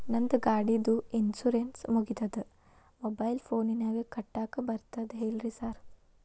ನಂದ್ ಗಾಡಿದು ಇನ್ಶೂರೆನ್ಸ್ ಮುಗಿದದ ಮೊಬೈಲ್ ಫೋನಿನಾಗ್ ಕಟ್ಟಾಕ್ ಬರ್ತದ ಹೇಳ್ರಿ ಸಾರ್?